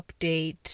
update